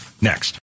Next